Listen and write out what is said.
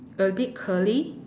a bit curly